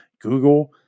Google